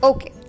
Okay